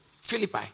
Philippi